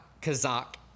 Kazak